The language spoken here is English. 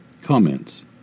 Comments